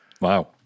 Wow